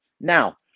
Now